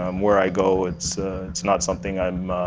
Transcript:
um where i go, it's it's not something i'm